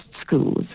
schools